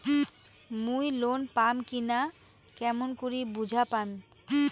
মুই লোন পাম কি না কেমন করি বুঝা পাম?